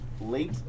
late